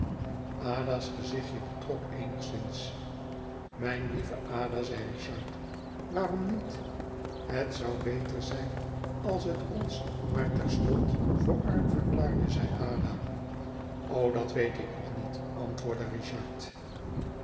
ada's gezichtje betrok eenigszins mijne lieve ada zeide richard waarom niet het zou beter zijn als het ons maar terstond voor arm verklaarde zeide ada o dat weet ik nog niet antwoordde richard